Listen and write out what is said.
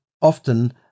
often